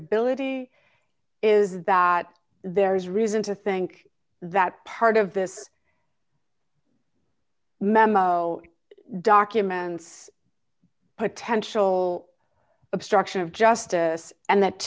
ability is that there is reason to think that part of this memo documents potential obstruction of justice and that